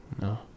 No